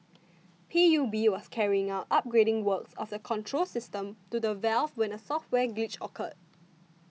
P U B was carrying out upgrading works of the control system to the valve when a software glitch occurred